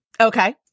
Okay